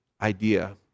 idea